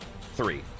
three